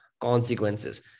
consequences